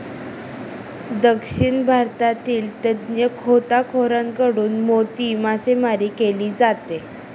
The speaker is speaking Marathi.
दक्षिण भारतातील तज्ञ गोताखोरांकडून मोती मासेमारी केली जाते